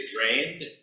drained